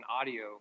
audio